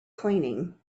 cleaning